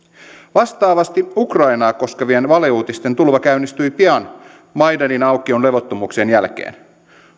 vastaavasti ukrainaa koskevien valeuutisten tulva käynnistyi pian maidanin aukion levottomuuksien jälkeen